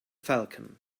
falcon